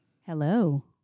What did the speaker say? Hello